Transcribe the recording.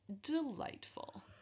delightful